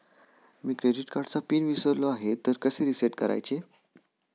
मी credit कार्डचा PIN विसरलो आहे तर कसे रीसेट करायचे?